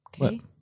okay